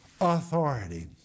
authority